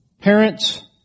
Parents